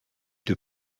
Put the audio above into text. deux